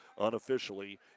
unofficially